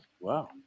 Wow